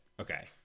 Okay